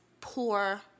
poor